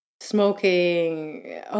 smoking